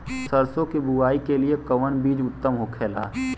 सरसो के बुआई के लिए कवन बिज उत्तम होखेला?